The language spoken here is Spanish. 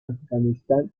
afganistán